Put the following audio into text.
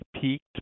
peaked